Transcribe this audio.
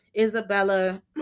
Isabella